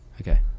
okay